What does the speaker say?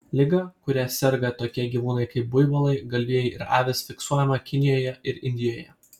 liga kuria serga tokie gyvūnai kaip buivolai galvijai ir avys fiksuojama kinijoje ir indijoje